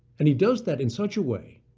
and he does that in such a way